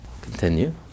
Continue